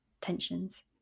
tensions